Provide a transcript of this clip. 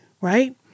right